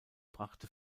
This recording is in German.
brachte